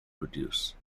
produce